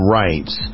rights